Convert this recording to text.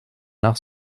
nach